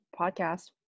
podcast